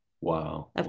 Wow